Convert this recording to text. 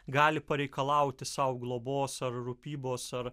gali pareikalauti sau globos ar rūpybos ar